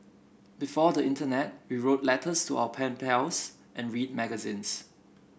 before the internet we wrote letters to our pen pals and read magazines